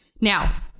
Now